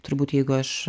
turbūt jeigu aš